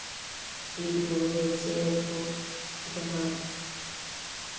ᱵᱤᱨᱼᱵᱩᱨᱩᱨᱮ ᱪᱮᱬᱮ ᱠᱚ ᱡᱟᱦᱟᱸ